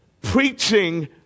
preaching